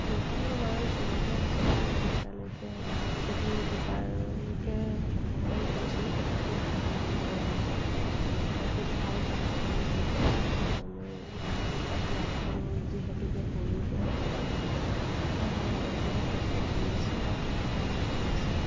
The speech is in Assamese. দেউতা আৰু মাৰ জোৰতে আচলতে এতিয়ালৈকে যদিও দুবাৰকে অসফল হৈছোঁ তথাপিও হাৰ মানি যোৱা নাই এগৰাকী ভাল প্ৰশাসনিক বিষয়া হ'বলৈ বা হোৱাতো মোৰ যিহেতুকে সৰুৰ পৰাই সপোন তাৰ কাৰণে মই এতিয়াও কষ্ট কৰি আছোঁ বা কাম কৰি আছোঁ